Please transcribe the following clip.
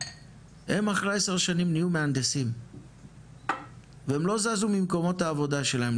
הם אחרי 10 שנים נהיו מהנדסים והם לא זזו ממקומות העבודה שלהם,